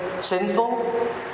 sinful